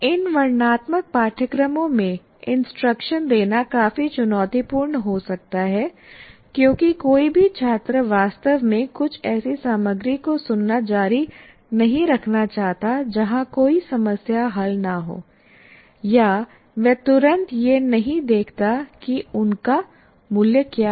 इन वर्णनात्मक पाठ्यक्रमों में इंस्ट्रक्शन देना काफी चुनौतीपूर्ण हो सकता है क्योंकि कोई भी छात्र वास्तव में कुछ ऐसी सामग्री को सुनना जारी नहीं रखना चाहता जहां कोई समस्या हल न हो या वह तुरंत यह नहीं देखता कि उसका मूल्य क्या है